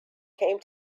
came